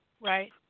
Right